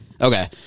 Okay